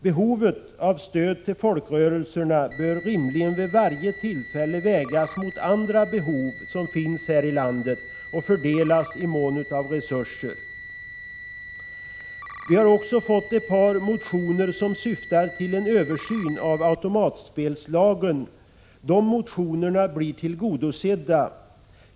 Behovet av stöd till folkrörelserna bör rimligen vid varje tillfälle vägas mot andra behov som finns i landet och fördelas i mån av resurser. Vi har också fått ett par motioner som syftar till en översyn av automatspelslagen. De motionerna blir tillgodosedda.